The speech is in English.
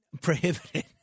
prohibited